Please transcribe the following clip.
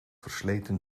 versleten